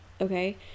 okay